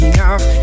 Enough